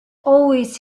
always